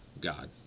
god